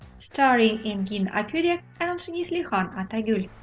starring engin akyurek and neslihan atagul.